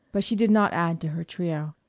but she did not add to her trio.